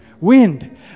wind